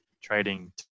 trading